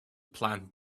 plant